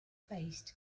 faced